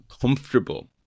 comfortable